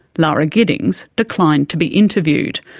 lara giddings declined to be interviewed.